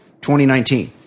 2019